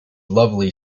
lovely